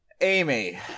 amy